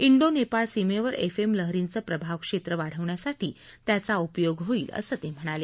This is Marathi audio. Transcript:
डो नेपाळ सीमेवर एफएम लहरींचं प्रभाव क्षेत्र वाढण्यासाठी त्याचा उपयोग होईल असं ते म्हणाले